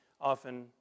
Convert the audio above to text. often